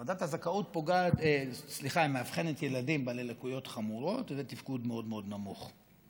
ועדת הזכאות מאבחנת ילדים בעלי לקויות חמורות ותפקוד מאוד מאוד נמוך.